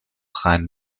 rhein